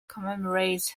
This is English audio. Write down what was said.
commemorates